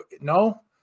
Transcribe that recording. No